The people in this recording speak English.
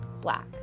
black